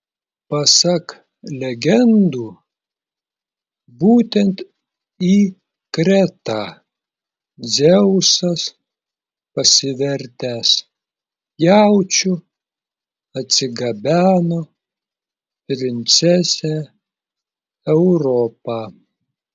pasak legendų būtent į kretą dzeusas pasivertęs jaučiu atsigabeno princesę europą